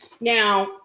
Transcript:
Now